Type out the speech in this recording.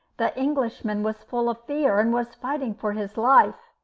the englishman was full of fear, and was fighting for his life.